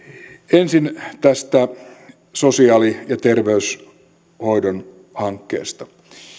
ensin tästä sosiaali ja terveyshoidon hankkeesta